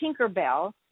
Tinkerbell